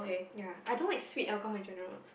ya I don't like sweet alcohol in general